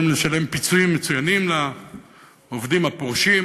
לשלם פיצויים מצוינים לעובדים הפורשים,